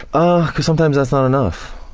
um cause sometimes that's not enough.